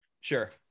Sure